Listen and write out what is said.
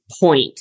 point